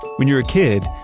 when you're a kid,